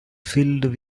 filled